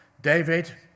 David